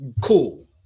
cool